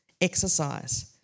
exercise